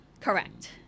Correct